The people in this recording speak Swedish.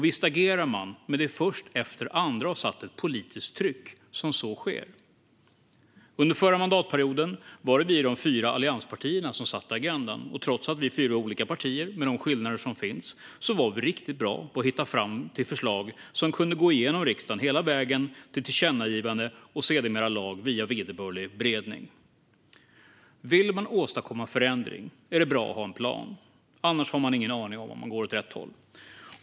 Visst agerar man, men det är först efter att andra satt ett politiskt tryck som så sker. Under förra mandatperioden var det vi i de fyra allianspartierna som satte agendan. Trots att vi är fyra olika partier med de skillnader som finns var vi riktigt bra på att hitta fram till förslag som kunde gå igenom riksdagen hela vägen till tillkännagivande och sedermera lag via vederbörlig beredning. Vill man åstadkomma förändring är det bra att ha en plan. Annars har man ingen aning om huruvida man går åt rätt håll.